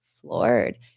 floored